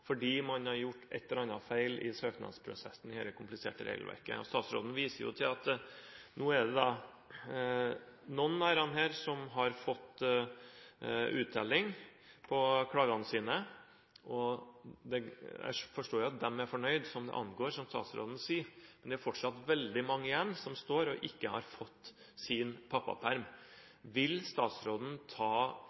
fordi man har gjort et eller annet feil i søknadsprosessen i dette kompliserte regelverket. Statsråden viser jo til at det nå er noen av disse som har fått uttelling på klagene sine, og jeg forstår at de det angår, er fornøyd, som statsråden sier. Men det er fortsatt veldig mange igjen som ikke har fått sin pappaperm. Vil statsråden ta